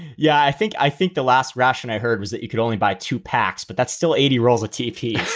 yeah. i think i think the last ration i heard was that you could only buy two packs, but that's still eighty rolls of tv.